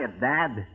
Dad